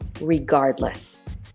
regardless